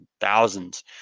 thousands